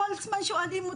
הילדות כל הזמן שאלו אותי,